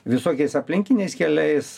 visokiais aplinkiniais keliais